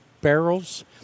barrels